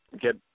get